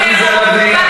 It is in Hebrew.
חברת הכנסת עליזה לביא.